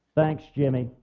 thanks, jimmy.